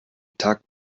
takt